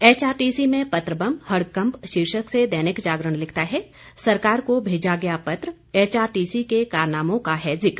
HRTC में पत्र बम हड़कंप शीर्षक से दैनिक जागरण लिखता है सरकार को भेजा गया पत्र एचआरटीसी के कारनामों का है जिक